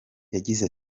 yagize